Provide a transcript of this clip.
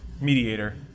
Mediator